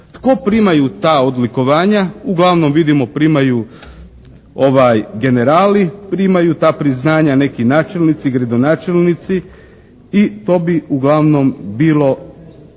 Tko primaju ta odlikovanja? Uglavnom vidimo primaju generali. Primaju ta priznanja neki načelnici, gradonačelnici i to bi uglavnom bilo